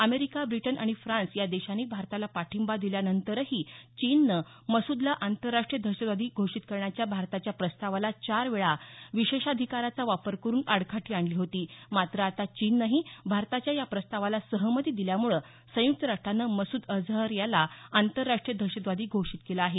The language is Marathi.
अमेरिका ब्रिटन आणि फ्रांस या देशांनी भारताला पाठिंबा दिल्यानंतरही चीननं मसूदला आंतरराष्ट्रीय दहशतवादी घोषित करण्याच्या भारताच्या प्रस्तावाला चार वेळा विशेषाधिकाराचा वापर करून आडकाठी आणली होती मात्र आता चीननेही भारताच्या या प्रस्तावाला सहमती दिल्यामुळे संयुक्त राष्ट्राने मसूद अजहर याला आंतरराष्ट्रीय दहशतवादी घोषित केलं आहे